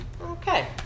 okay